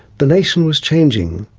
the nation was changing,